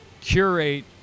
curate